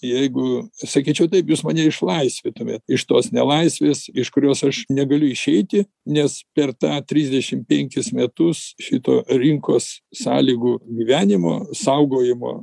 jeigu sakyčiau taip jūs mane išlaisvintumėt iš tos nelaisvės iš kurios aš negaliu išeiti nes per tą trisdešim penkis metus šito rinkos sąlygų gyvenimo saugojimo